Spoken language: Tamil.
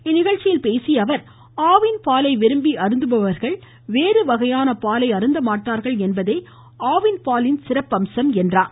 இந்நிகழ்ச்சியில் பேசிய அவர் ஆவின் பாலை விரும்பி அருந்துபவர்கள் வேறு வகையான பாலை அருந்த மாட்டார்கள் என்பதே இதன் சிறப்பம்சம் என்று குறிப்பிட்டார்